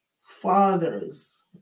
fathers